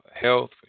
health